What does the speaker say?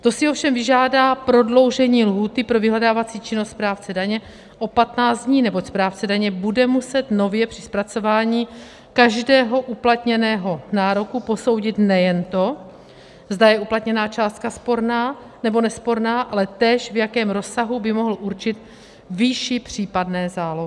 To si ovšem vyžádá prodloužení lhůty pro vyhledávací činnost správce daně o 15 dní, neboť správce daně bude muset nově při zpracování každého uplatněného nároku posoudit nejen to, zda je uplatněná částka sporná, nebo nesporná, ale též v jakém rozsahu by mohl určit výši případné zálohy.